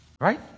right